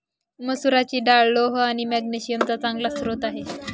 मसुराची डाळ लोह आणि मॅग्नेशिअम चा चांगला स्रोत आहे